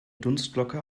dunstglocke